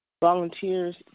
volunteers